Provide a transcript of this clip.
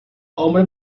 hombre